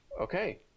Okay